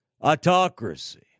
autocracy